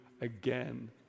again